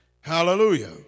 Hallelujah